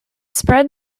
spread